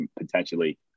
potentially